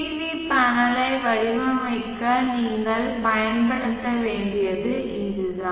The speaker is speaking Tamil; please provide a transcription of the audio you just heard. வி பேனலை வடிவமைக்க நீங்கள் பயன்படுத்த வேண்டியது இதுதான்